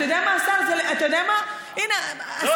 אתה יודע מה, השר, אתה יודע מה, לא.